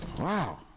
Wow